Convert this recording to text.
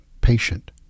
patient